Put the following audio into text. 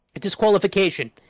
Disqualification